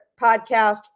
podcast